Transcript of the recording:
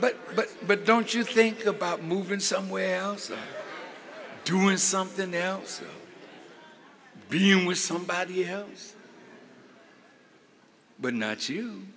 but but but don't you think about moving somewhere else or doing something else with somebody else but not you